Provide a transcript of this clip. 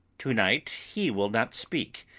to-night he will not speak.